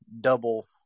double